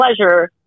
pleasure